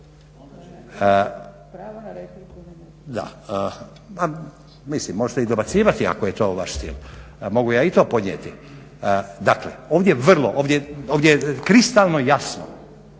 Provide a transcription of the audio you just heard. … Vi se možete i dobacivati ako je to vaš stil, mogu ja i to podnijeti. Dakle, ovdje vrlo ovdje kristalno jasno